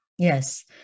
Yes